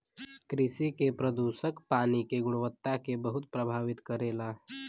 कृषि के प्रदूषक पानी के गुणवत्ता के बहुत प्रभावित करेला